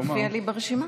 אתה מופיע לי ברשימה.